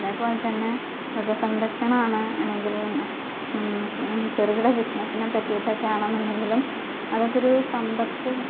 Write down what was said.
അതേപോലെ തന്നെ മൃഗസംരക്ഷണമാണ് അല്ലെങ്കിൽ ചെറുകിട ബിസിനസിനെ പറ്റിയിട്ട് ഒക്കെ ആണ് എന്നുണ്ടെങ്കിലും അതൊക്കെ ഒരു സമ്പത്ത്